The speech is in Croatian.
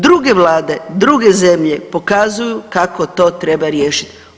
Druge vlade, druge zemlje pokazuju kako to treba riješiti.